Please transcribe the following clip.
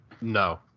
No